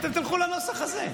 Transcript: אתם תלכו לנוסח הזה.